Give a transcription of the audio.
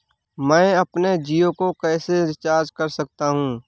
मैं अपने जियो को कैसे रिचार्ज कर सकता हूँ?